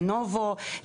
לנובו,